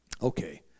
Okay